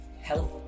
health